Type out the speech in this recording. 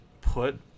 put